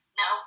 no